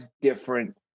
different